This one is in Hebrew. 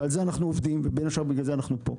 על זה אנחנו עובדים ובין השאר בגלל זה אנחנו פה.